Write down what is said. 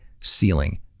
ceiling